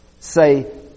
Say